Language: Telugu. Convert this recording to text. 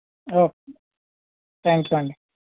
ఓకే థ్యాంక్ యూ అండి